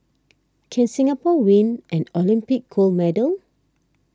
can Singapore win an Olympic gold medal